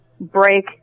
break